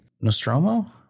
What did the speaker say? Nostromo